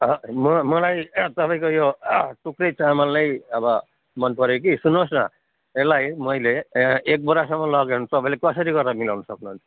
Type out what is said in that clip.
अहँ म मलाई तपाईँको यो टुक्रै चामलै अब मनपर्यो कि सुन्नुहोस् न यसलाई मैले ए एक बोरासम्म लग्यो भने तपाईँले कसरी गरेर मिलाउनु सक्नुहुन्छ